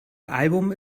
album